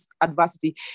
adversity